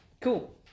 cool